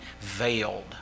veiled